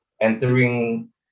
entering